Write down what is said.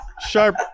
sharp